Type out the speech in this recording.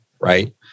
Right